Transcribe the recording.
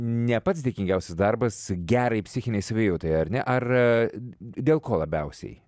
ne pats dėkingiausias darbas gerai psichinei savijautai ar ne ar dėl ko labiausiai